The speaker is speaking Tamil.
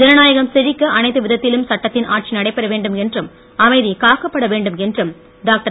ஜனநாயகம் செழிக்க அனைத்து விதத்திலும் சட்டத்தின் ஆட்சி நடைபெற வேண்டும் என்றும் அமைதி காக்கப்பட வேண்டும் என்றும் டாக்டர்